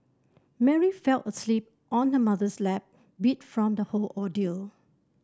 Mary fell asleep on her mother's lap beat from the whole ordeal